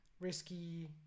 risky